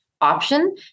option